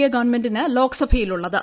A ഗവൺമെന്റിന് ലോക്സഭയിൽ ഉള്ളത്